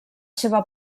seva